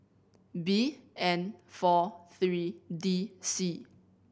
B N four three D C